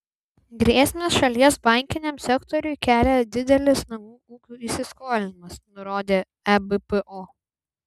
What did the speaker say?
grėsmės šalies bankiniam sektoriui kelia didelis namų ūkių įsiskolinimas nurodė ebpo